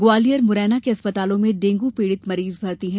ग्वालियर मुरैना के अस्पतालों में डेंगू पीड़ित मरीज भर्ती हैं